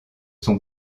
sont